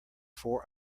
four